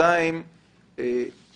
יש